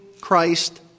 Christ